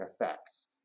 effects